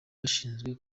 bashinzwe